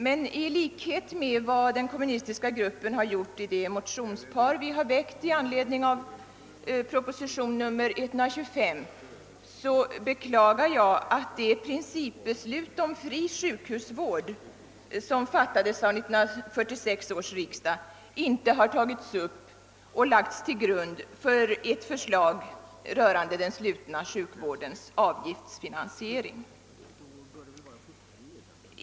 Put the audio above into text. Men i likhet med vad vi inom den kommunistiska gruppen gjort i ett motionspar, som väckts av oss i anledning av propositionen 125, beklagar jag att det principbeslut om fri sjukhusvård som fattades av 1946 års riksdag inte har tagits upp och lagts till grund för ett förslag rörande den slutna vårdens avgiftsfinansiering.